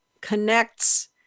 connects